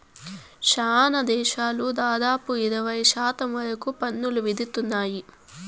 శ్యానా దేశాలు దాదాపుగా ఇరవై శాతం వరకు పన్నులు విధిత్తున్నారు